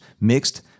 mixed